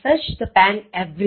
I searched the pen everywhere